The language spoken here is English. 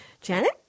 Janet